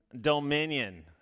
Dominion